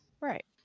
Right